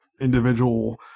individual